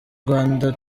rwanda